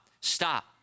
stop